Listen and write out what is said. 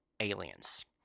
Aliens